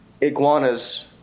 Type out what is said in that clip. iguanas